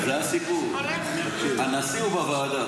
הסיפור --- הנשיא בוועדה,